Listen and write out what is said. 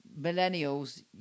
millennials